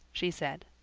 she said.